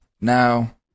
Now